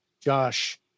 Josh